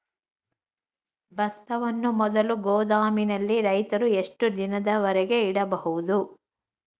ಭತ್ತವನ್ನು ಮೊದಲು ಗೋದಾಮಿನಲ್ಲಿ ರೈತರು ಎಷ್ಟು ದಿನದವರೆಗೆ ಇಡಬಹುದು?